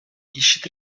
ищет